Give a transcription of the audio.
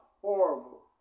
horrible